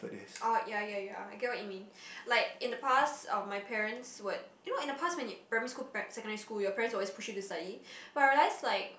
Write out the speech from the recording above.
ah ya ya ya I get what you mean like in the past um my parents would you know in the past when you primary school pa~ secondary school your parents would always push you to study but I realise like